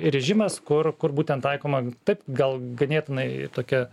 režimas kur kur būtent taikoma taip gal ganėtinai tokia